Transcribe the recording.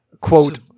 Quote